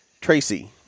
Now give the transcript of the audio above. Tracy